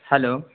hello